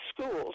schools